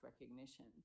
recognition